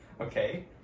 Okay